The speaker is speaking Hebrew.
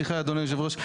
סליחה, אדוני יושב הראש.